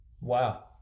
Wow